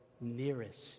nearest